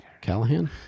Callahan